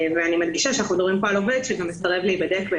אני מדגישה שאנחנו מדברים כאן על עובד שגם מסרב להיבדק.